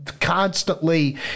constantly